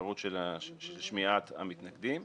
האפשרות של שמיעת המתנגדים.